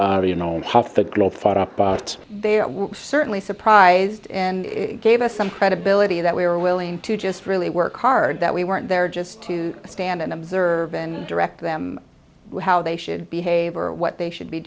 decided you know half the globe thought up but there were certainly surprised and it gave us some credibility that we were willing to just really work hard that we weren't there just to stand and observe and direct them how they should behave or what they should be